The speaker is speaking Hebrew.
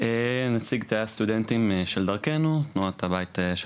אני נציג תאי הסטודנטים של "דרכנו" תנועת הבית של